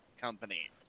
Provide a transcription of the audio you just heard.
company